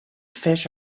fish